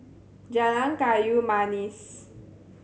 Jalan Kayu Manis